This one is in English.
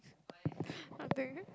nothing